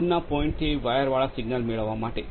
દૂરના પોઇન્ટથી વાયરવાળા સિગ્નલ મેળવવા માટે